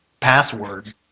password